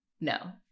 No